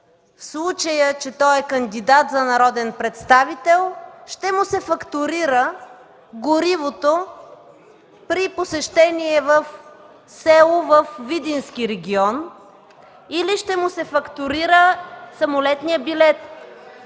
в случай, че е кандидат за народен представител, ще му се фактурира горивото при посещение в село във Видински регион или ще му се фактурира самолетният билет.